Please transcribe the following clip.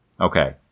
Okay